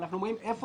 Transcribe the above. ואנחנו אומרים איפה